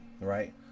Right